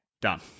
done